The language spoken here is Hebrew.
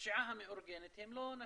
בפשיעה המאורגנת הם לא נשים.